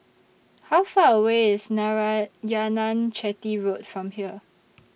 How Far away IS Narayanan Chetty Road from here